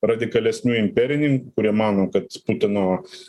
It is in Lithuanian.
radikalesnių imperininkų kurie mano kad putino